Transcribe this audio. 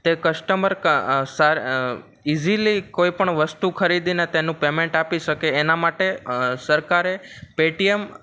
તે customer easily કોઈપણ વસ્તુ ખરીદીને તેનું પેમેન્ટ આપી શકે એના માટે સરકારે પેટીએમ